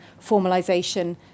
formalisation